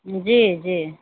जी जी